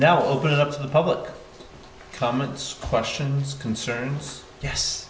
now open up to the public comments questions concerns yes